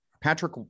patrick